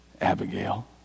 Abigail